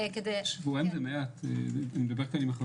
יש לה שיניים או שהיא אומרת nice to